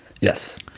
Yes